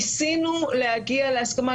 ניסינו להגיע להסכמה,